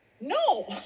No